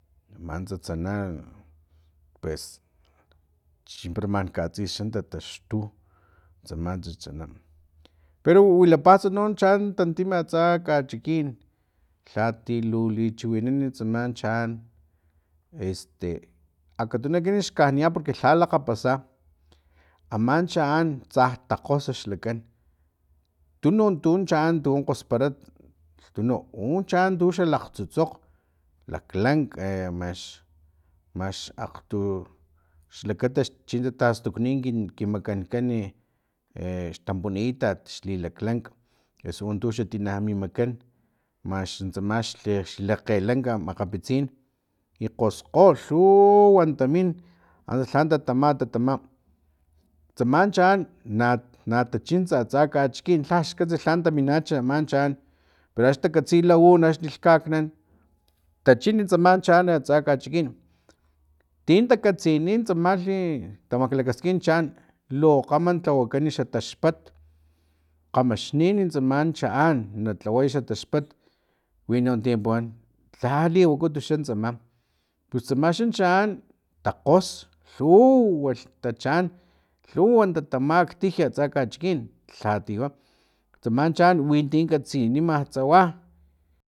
Aman tsatsana pero chimpara man katsis xan tataxtu tsaman tsatsana pero wilapats no chaan tantim atsa kachikin lhati luli chiwinan tsama chaan este akatunu ekinan xkaniya porque lha lakgapasa aman chaan tsa takgosa xa xlakan tunun tu caan tu kgospara tunuk u chaan tu xa lakgtsutsokg laklank e max max akgtu xlakata chi tatastukuni kin makankan e xtampunaitat i laklank eso tu xa tina mi makan max nintsama xli xlekgelanka mamakgapatsin na kgoskgo lhuuuuwan tamin antsa lhan tatama tsaman chaan na na tachintsa atsan kachikin lhaxkatsa lhan taminacha man chaan pero axni takatsi la un axni lhkaknan tachini tsama chaan asta kachikin tin takatsini tsamlhi tamaklakaskin tsama chaan lu kgama tlawakan xa taxpat kgamaxnin tsaman chaan na tlaway xa taxpat winon ti puwan lha liwukut xan tsama pus tsama xan chaan takgos lhuuuwa tachaan lhuuwa tatamak tiji atsan kachikin lhati wa tsaman chaan winti katsinimatsa wa